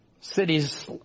Cities